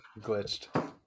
glitched